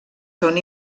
són